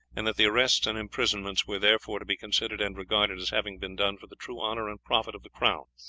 and that the arrests and imprisonments were therefore to be considered and regarded as having been done for the true honour and profit of the crown,